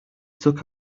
took